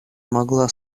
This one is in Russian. могла